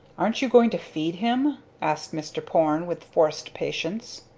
aren't you going to feed him? asked mr. porne, with forced patience.